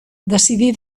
decidí